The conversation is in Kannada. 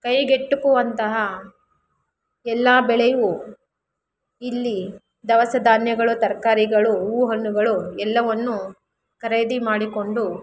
ಕೈಗೆಟುಕುವಂತಹ ಎಲ್ಲಾ ಬೆಳೆಯು ಇಲ್ಲಿ ದವಸ ಧಾನ್ಯಗಳು ತರಕಾರಿಗಳು ಹೂವು ಹಣ್ಣುಗಳು ಎಲ್ಲವನ್ನು ಖರೀದಿ ಮಾಡಿಕೊಂಡು